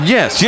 Yes